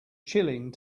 chilling